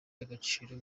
y’agaciro